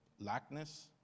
lackness